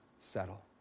settle